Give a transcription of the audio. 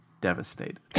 devastated